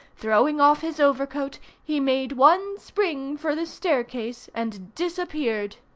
throwing off his overcoat, he made one spring for the staircase and disappeared.